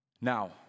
Now